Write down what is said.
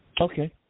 okay